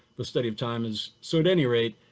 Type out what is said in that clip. the study of time is so at any rate,